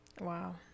Wow